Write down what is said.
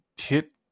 hit